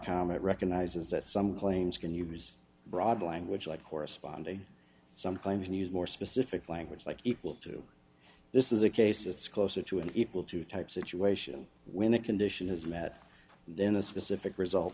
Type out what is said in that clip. comment recognizes that some claims can use broad language like corresponding some claim and use more specific language like equal to this is a case it's closer to an equal to type situation when a condition is met then a specific result